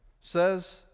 says